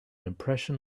impression